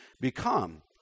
become